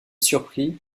surpris